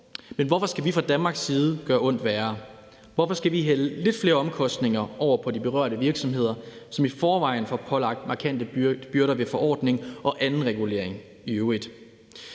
Men hvorfor skal vi fra Danmarks side gøre ondt værre? Hvorfor skal vi hælde lidt flere omkostninger over på de berørte virksomheder, som i forvejen får pålagt markante byrder ved forordningen og anden regulering i øvrigt?